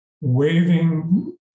waving